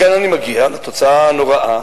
מכאן אני מגיע לתוצאה הנוראה